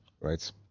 right